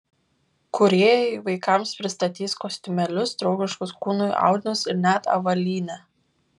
kūrėjai vaikams pristatys kostiumėlius draugiškus kūnui audinius ir net avalynę